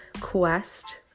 quest